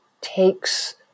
takes